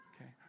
Okay